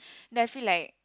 then I feel like